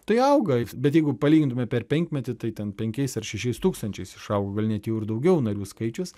tai auga bet jeigu palygintume per penkmetį tai ten penkiais ar šešiais tūkstančiais išauga net jau ir daugiau narių skaičius